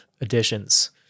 additions